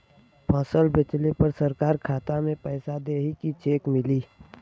फसल बेंचले पर सरकार खाता में पैसा देही की चेक मिली?